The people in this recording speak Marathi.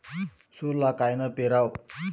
सोला कायनं पेराव?